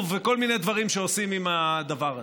וכל מיני דברים שעושים עם הדבר הזה.